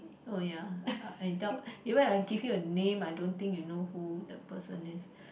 oh ya I doubt even I give you a name I don't think you know who the person is